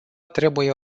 trebuie